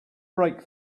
brake